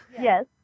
yes